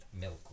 milk